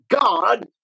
God